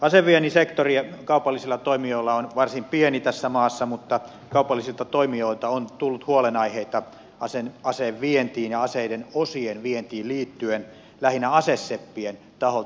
aseviennin sektori kaupallisilla toimijoilla on varsin pieni tässä maassa mutta kaupallisilta toimijoilta on tullut huolenaiheita aseiden vientiin ja aseiden osien vientiin liittyen lähinnä aseseppien taholta